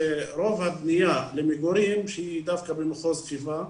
שרוב הבנייה למגורים שהיא דווקא במחוז חיפה,